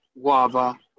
guava